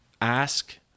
ask